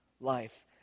life